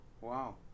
Wow